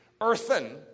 earthen